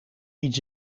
iets